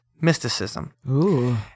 mysticism